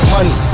Money